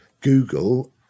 google